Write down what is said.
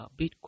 Bitcoin